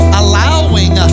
allowing